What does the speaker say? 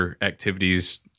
activities